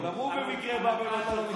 גם הוא במקרה בא ואתה לא מכיר אותו.